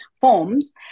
forms